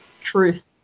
Truth